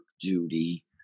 duty